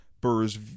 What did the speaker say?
Burr's